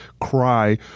cry